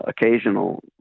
occasional